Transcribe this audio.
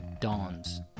Dawn's